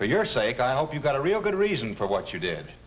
for your sake i hope you've got a real good reason for what you did